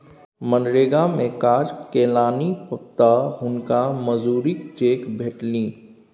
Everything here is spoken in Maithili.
मनरेगा मे काज केलनि तँ हुनका मजूरीक चेक भेटलनि